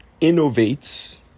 innovates